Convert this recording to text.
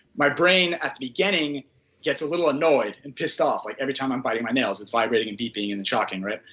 my brain at the beginning gets a little annoyed and pissed off, like every time i am biting my nails it's vibrating, and beeping and tracking, right?